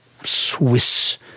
Swiss